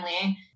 family